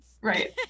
Right